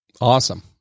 Awesome